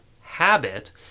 habit